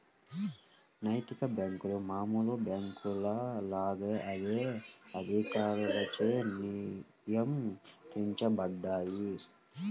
నైతిక బ్యేంకులు మామూలు బ్యేంకుల లాగా అదే అధికారులచే నియంత్రించబడతాయి